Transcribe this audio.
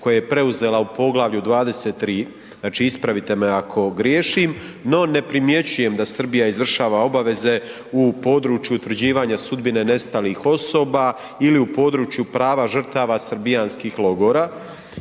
koje je preuzela u poglavlju 23., znači ispravite me ako griješim. No ne primjećujem da Srbija izvršava obaveze u području utvrđivanja sudbine nestalih osoba ili u području prava žrtava srbijanskih logora.